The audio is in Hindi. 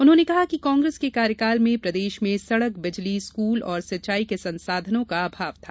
उन्होंने कहा कि कांग्रेस के कार्यकाल में प्रदेश में सड़कबिजलीस्कूल एवं सिंचाई के संसाधनों का अभाव था